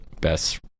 best